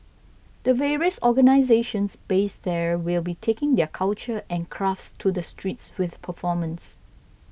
the various organisations based there will be taking their culture and crafts to the streets with performance